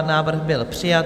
Návrh byl přijat.